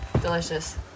Delicious